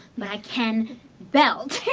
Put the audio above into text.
but, i can belt.